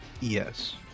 yes